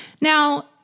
now